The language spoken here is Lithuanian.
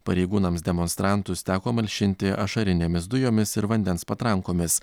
pareigūnams demonstrantus teko malšinti ašarinėmis dujomis ir vandens patrankomis